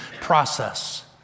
process